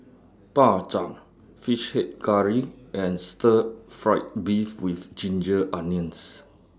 Bak Chang Fish Head Curry and Stir Fry Beef with Ginger Onions